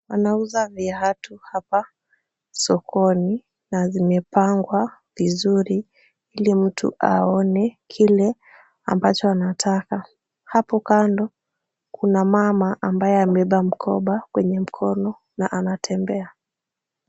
Wanauza viatu hapa sokoni na zimepangwa vizuri ili mtu aone kile ambacho anataka. Hapo kando kuna mama ambaye amebeba mkoba kwenye mkono na anatembea.